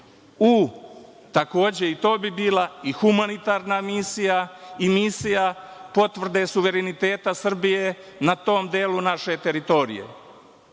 u, takođe i to bi bila i humanitarna misija i misija potvrde suvereniteta Srbije na tom delu naše teritorije. Ja